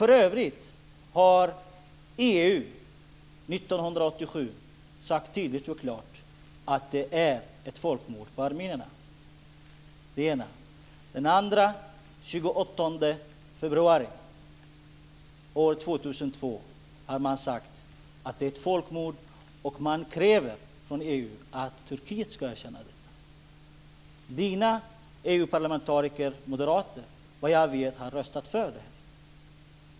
För övrigt har EU 1987 tydligt och klart sagt att detta var ett folkmord på armenierna. Den 28 februari 2002 sade man också att det var ett folkmord, och man kräver från EU att Turkiet ska erkänna det. Bertil Perssons moderata EU-parlamentariker har vad jag vet röstat för det.